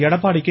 Edappadi K